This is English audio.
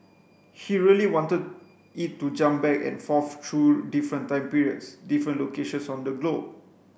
he really wanted it to jump back and forth through different time periods different locations on the globe